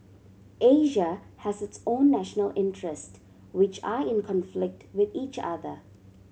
Asia has its own national interest which are in conflict with each other